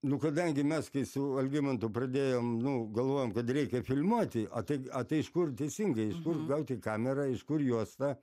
nu kadangi mes kai su algimantu pradėjom nu galvojom kad reikia filmuoti o tai o tai iš kur teisingai iš kur gauti kamerą iš kur juostą